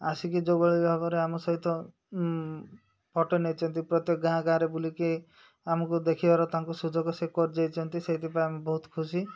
ଆସିକି ଯେଉଁଭଳି ଭାବରେ ଆମ ସହିତ ଫଟୋ ନେଇଛନ୍ତି ପ୍ରତ୍ୟେକ ଗାଁ ଗାଁରେ ବୁଲିକି ଆମକୁ ଦେଖିବାର ତାଙ୍କୁ ସୁଯୋଗ ସେ କରିଯାଇଛନ୍ତି ସେଇଥିପାଇଁ ଆମେ ବହୁତ ଖୁସି